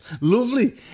Lovely